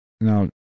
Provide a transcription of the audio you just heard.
Now